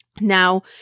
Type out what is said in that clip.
Now